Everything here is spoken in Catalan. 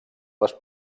les